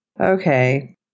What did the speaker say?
Okay